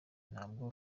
ntabwo